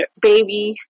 baby